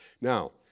Now